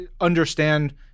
understand